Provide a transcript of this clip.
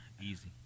easy